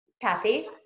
Kathy